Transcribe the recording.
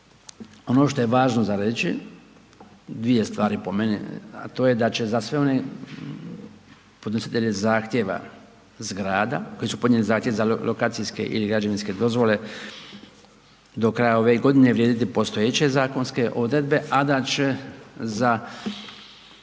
Ono što je važno za reći, dvije stvari po meni, a to je da će za sve one podnositelje zahtjeve zgrada, koji su podnijeli zahtjev za lokacijske ili građevinske dozvole, do kraja ove godine vrijediti postojeće zakonske odredbe, a da će za